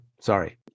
sorry